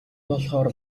болохоор